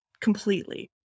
completely